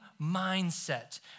mindset